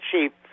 cheap